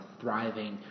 thriving